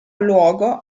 luogo